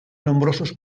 nombrosos